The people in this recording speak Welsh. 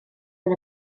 ond